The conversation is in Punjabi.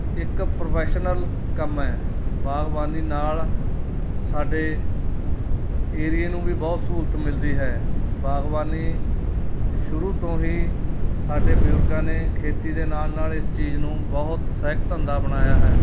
ਇੱਕ ਪ੍ਰੋਫੈਸ਼ਨਲ ਕੰਮ ਹੈ ਬਾਗਬਾਨੀ ਨਾਲ ਸਾਡੇ ਏਰੀਏ ਨੂੰ ਵੀ ਬਹੁਤ ਸਹੂਲਤ ਮਿਲਦੀ ਹੈ ਬਾਗਬਾਨੀ ਸ਼ੁਰੂ ਤੋਂ ਹੀ ਸਾਡੇ ਬਜ਼ੁਰਗਾਂ ਨੇ ਖੇਤੀ ਦੇ ਨਾਲ ਨਾਲ ਇਸ ਚੀਜ਼ ਨੂੰ ਬਹੁਤ ਸਹਾਇਕ ਧੰਦਾ ਬਣਾਇਆ ਹੈ